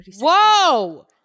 Whoa